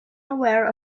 aware